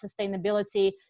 sustainability